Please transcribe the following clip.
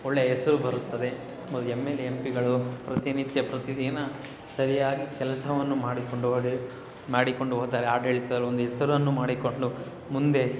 ಒಳ್ಳೆ ಹೆಸ್ರು ಬರುತ್ತದೆ ಆಮೇಲೆ ಎಮ್ ಎಲ್ ಎ ಎಮ್ ಪಿಗಳು ಪ್ರತಿನಿತ್ಯ ಪ್ರತಿದಿನ ಸರಿಯಾಗಿ ಕೆಲಸವನ್ನು ಮಾಡಿಕೊಂಡು ಹೋದರೆ ಮಾಡಿಕೊಂಡು ಹೋದರೆ ಆಡಳಿತದಲ್ಲಿ ಒಂದು ಹೆಸರನ್ನು ಮಾಡಿಕೊಂಡು ಮುಂದೆ